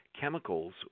chemicals